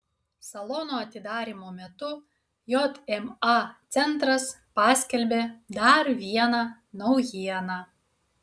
salono atidarymo metu jma centras paskelbė dar vieną naujieną